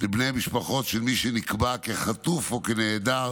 לבני משפחות של מי שנקבע כחטוף או כנעדר